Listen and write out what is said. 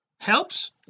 helps